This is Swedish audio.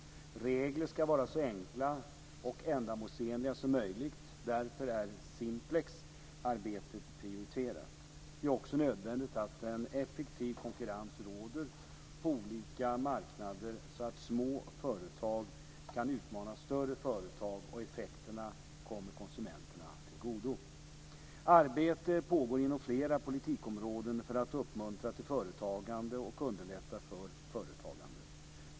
Regler ska vara så enkla och ändamålsenliga som möjligt, därför är Simplex arbete prioriterat. Det är också nödvändigt att en effektiv konkurrens råder på olika marknader, så att små företag kan utmana större företag och effekterna kommer konsumenterna till godo. Arbete pågår inom flera politikområden för att uppmuntra till företagande och underlätta för företagen.